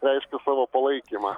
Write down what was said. reiškia savo palaikymą